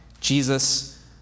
Jesus